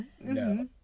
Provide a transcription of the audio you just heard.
No